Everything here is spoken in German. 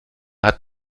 hat